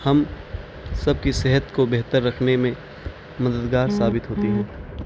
ہم سب کی صحت کو بہتر رکھنے میں مددگار ثابت ہوتی ہیں